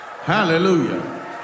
Hallelujah